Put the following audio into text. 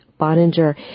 Boninger